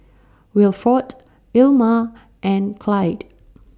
Wilford Ilma and Clide